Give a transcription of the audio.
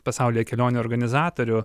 pasaulyje kelionių organizatorių